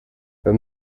wenn